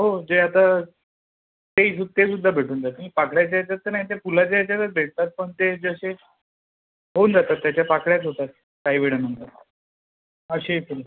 हो जे आता ते सु तेसुद्धा भेटून जातील पाकळ्याच्या ह्याच्यात तर नाही ते फुलाच्या ह्याच्यातच भेटतात पण ते जसे होऊन जातात त्याच्या पाकळ्याच होतात काही वेळानंतर असेही फुलं